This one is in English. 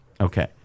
Okay